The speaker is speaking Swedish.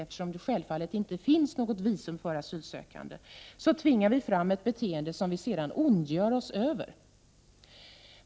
Eftersom det självfallet inte finns något visum för asylsökande, tvingar vi fram ett beteende som vi sedan ondgör oss över.